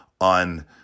on